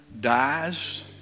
dies